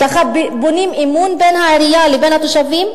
ככה בונים אמון בין העירייה לבין התושבים?